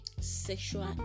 sexual